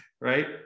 Right